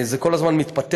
זה כל הזמן מתפתח.